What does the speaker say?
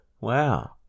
Wow